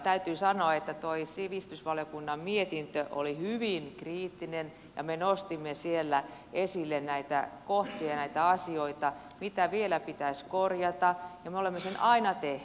täytyy sanoa että tuo sivistysvaliokunnan mietintö oli hyvin kriittinen ja me nostimme siellä esille näitä kohtia ja näitä asioita mitä vielä pitäisi korjata ja me olemme sen aina tehneet